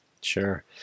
Sure